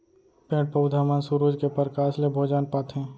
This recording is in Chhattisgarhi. पेड़ पउधा मन सुरूज के परकास ले भोजन पाथें